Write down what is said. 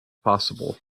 possible